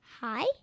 Hi